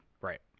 Right